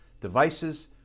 devices